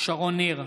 שרון ניר,